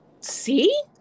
See